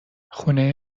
خونه